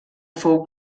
fou